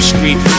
Street